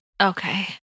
Okay